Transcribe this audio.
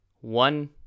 One